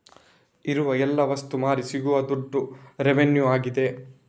ಇರುವ ಎಲ್ಲ ವಸ್ತು ಮಾರಿ ಸಿಗುವ ದುಡ್ಡು ರೆವೆನ್ಯೂ ಆಗಿದೆ